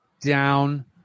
down